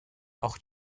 auch